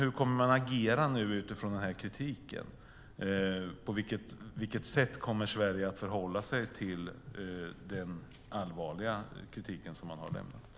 Hur kommer man nu att agera utifrån den här kritiken? På vilket sätt kommer Sverige att förhålla sig till den allvarliga kritik som har lämnats?